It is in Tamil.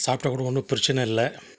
சாப்பிட கூட ஒன்றும் பிரச்சனயில்லை